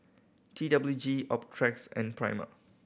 T W G Optrex and Prima